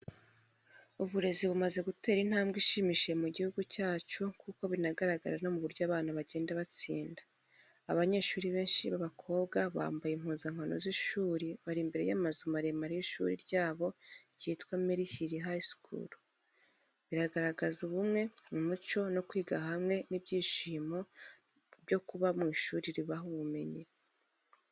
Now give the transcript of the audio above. Uburezi bumaze gutera intambwe ishimishije mu gihugu cyacu kuko binagaragarira no mu buryo abana bagenda batsinda. Abanyeshuri benshi b’abakobwa bambaye impuzankano z’ishuri bari imbere y’amazu maremare y’ishuri ryabo ryitwa Maryhill Girls High School. Bigaragaza ubumwe, umuco wo kwiga hamwe n’ibyishimo byo kuba mu ishuri ribaha ubumenyi.